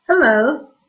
Hello